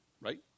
right